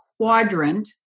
quadrant